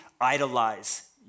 idolize